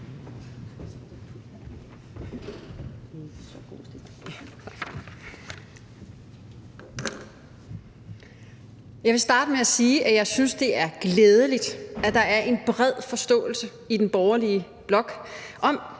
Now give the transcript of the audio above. Jeg vil starte med at sige, at jeg synes, det er glædeligt, at der er en bred forståelse i den borgerlige blok for,